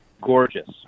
gorgeous